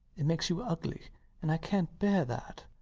it makes you ugly and i cant bear that.